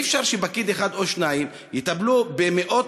אי-אפשר שפקיד אחד או שניים יטפלו במאות